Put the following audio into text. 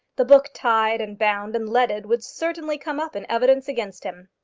the book tied and bound and leaded would certainly come up in evidence against him.